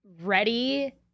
ready